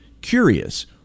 curious